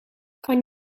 kan